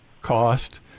cost